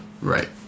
Right